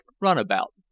Runabout